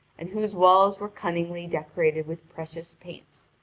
and whose walls were cunningly decorated with precious paints.